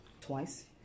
twice